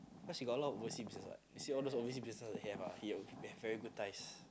cause he got a lot of overseas business what you see all those overseas business he have ah he will have very good ties